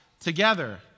together